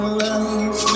love